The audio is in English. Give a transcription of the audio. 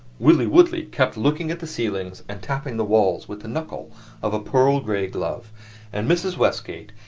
willie woodley kept looking at the ceilings and tapping the walls with the knuckle of a pearl-gray glove and mrs. westgate,